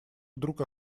вдруг